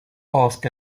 ask